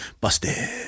busted